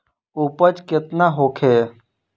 उपज केतना होखे?